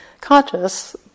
conscious